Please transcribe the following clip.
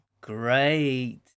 Great